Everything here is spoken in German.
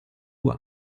uhr